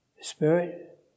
spirit